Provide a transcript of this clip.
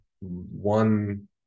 one